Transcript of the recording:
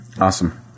Awesome